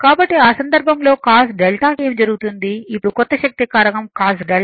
కాబట్టి ఆ సందర్భంలో cos𝛅 కి ఏమి జరుగుతుంది ఇప్పుడు కొత్త శక్తి కారకం cos𝛅 0